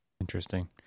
Interesting